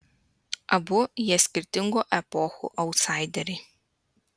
abu jie skirtingų epochų autsaideriai